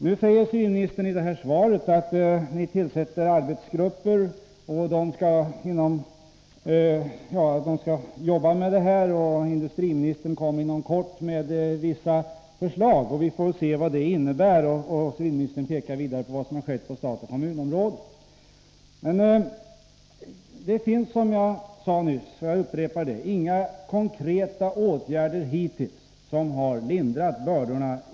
Nu säger civilministern i svaret att man tillsätter arbetsgrupper som skall jobba med det här och att industriministern inom kort kommer med vissa förslag. Vi får väl se vad de innebär. Civilministern pekar vidare på vad som har skett på statsoch kommunområdet. Men som jag sade nyss finns det inga konkreta åtgärder hittills — jag upprepar detta — som har lindrat bördorna.